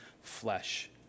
flesh